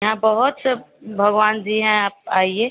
यहाँ बहुत से भगवान जी हैं आप आइए